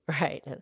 Right